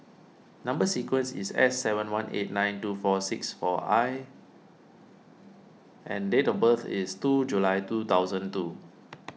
Number Sequence is S seven one eight nine two six four I and date of birth is two July two thousand two